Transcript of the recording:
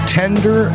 tender